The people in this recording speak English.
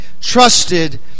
trusted